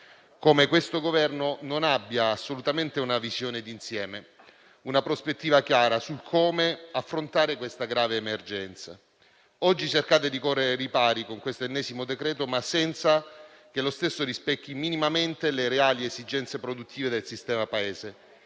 come questo Governo non abbia assolutamente una visione d'insieme, una prospettiva chiara su come affrontare questa grave emergenza. Oggi cercate di correre ai ripari con questo ennesimo provvedimento, ma senza che lo stesso rispecchi minimamente le reali esigenze produttive del sistema Paese.